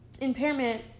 impairment